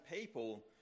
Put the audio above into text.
people